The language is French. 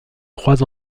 trois